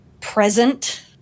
present